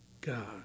God